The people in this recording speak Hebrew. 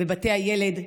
בבתי הילד,